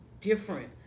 different